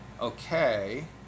okay